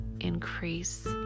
increase